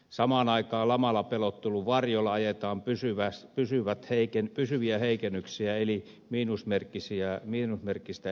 samaan aikaan lamalla pelottelun varjolla ajetaan pysyviä heikennyksiä eli miinusmerkkistä elvytystä